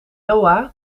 noah